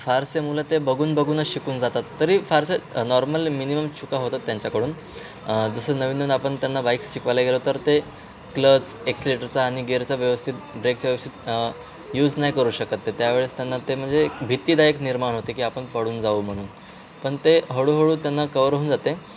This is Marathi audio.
फारसे मुलं ते बघून बघूनच शिकून जातात तरी फारसे नॉर्मल मिनिमम चुका होतात त्यांच्याकडून जसं नवीन नवीन आपन त्यांना बाईक शिकवायला गेलो तर ते क्लच एक्सिलेटरचा आणि गिअरचा व्यवस्थित ब्रेकचा व्यवस्थित यूज नाही करू शकत ते त्यावेळेस त्यांना ते म्हणजे भितीदायक निर्माण होते की आपण पडून जाऊ म्हणून पण ते हळूहळू त्यांना कवर होऊन जाते